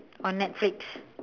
on netflix